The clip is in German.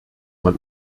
man